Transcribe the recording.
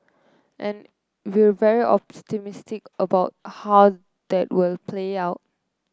and we'll very optimistic about how that will play out